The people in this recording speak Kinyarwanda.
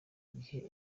gihe